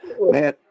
man